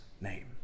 name